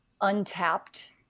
untapped